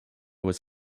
was